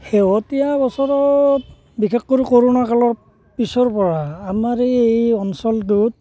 শেহতীয়া বছৰত বিশেষ কৰি কৰোনা কালৰ পিছৰ পৰা আমাৰ এই এই অঞ্চলটোত